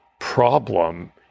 problem